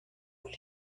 will